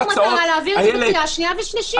מטרה להעביר את זה בקריאה השנייה והשלישית.